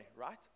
right